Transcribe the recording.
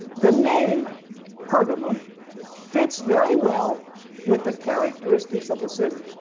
the name pergamum fits very well with the characteristics of the city.